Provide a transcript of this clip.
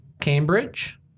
Cambridge